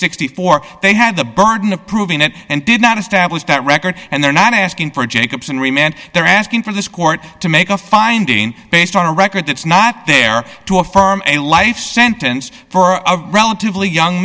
sixty four they had the burden of proving it and did not establish that record and they're not asking for jacobson remain and they're asking for this court to make a finding based on a record that's not there to affirm a life sentence for a relatively young